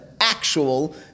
actual